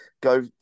go